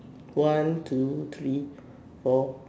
one two three four